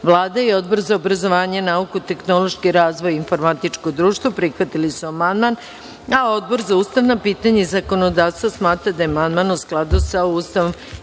i Odbor za obrazovanje, nauku, tehnološki razvoj i informatičko društvo prihvatili su amandman, a Odbor za ustavna pitanja i zakonodavstvo smatra da je amandman u skladu sa Ustavom